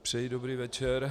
Přeji dobrý večer.